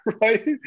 right